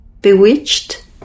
Bewitched